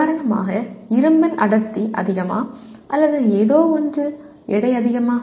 உதாரணமாக இரும்பின் அடர்த்தி அதிகமா அல்லது ஏதோ ஒன்று எடை அதிகமா